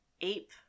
Ape